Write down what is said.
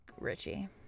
Richie